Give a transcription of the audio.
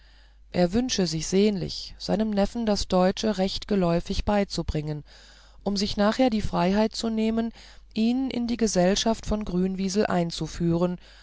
er wünsche so sehnlich seinem neffen das deutsche recht geläufig beizubringen um sich nachher die freiheit zu nehmen ihn in die gesellschaften von grünwiesel einzuführen